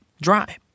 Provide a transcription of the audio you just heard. dry